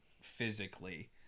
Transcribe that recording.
physically